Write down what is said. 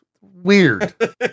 Weird